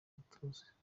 gutuza